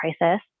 crisis